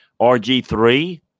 RG3